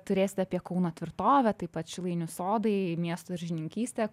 turėsite apie kauno tvirtovę taip pat šilainių sodai miesto daržininkystė